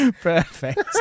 Perfect